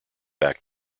back